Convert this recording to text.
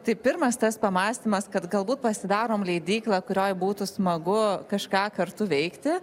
tai pirmas tas pamąstymas kad galbūt pasidarom leidyklą kurioj būtų smagu kažką kartu veikti